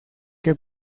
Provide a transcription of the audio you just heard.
que